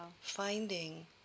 finding